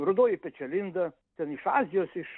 rudoji pečialinda ten iš azijos iš